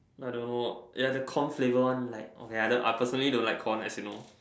I don't know ya the corn flavor one like I personally don't like corn as you know